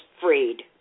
freed